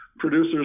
producer's